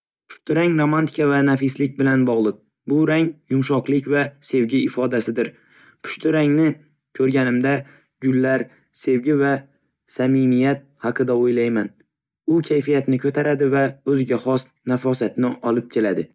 Pushti rang romantika va nafislik bilan bog‘liq. Bu rang yumshoqlik va sevgi ifodasidir. Pushti rangni ko‘rganimda gullar, sevgi va samimiyat haqida o‘ylayman. U kayfiyatni ko‘taradi va o‘ziga xos nafosatni olib keladi.